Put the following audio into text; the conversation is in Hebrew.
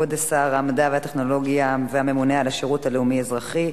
כבוד שר המדע והטכנולוגיה והממונה על השירות הלאומי האזרחי,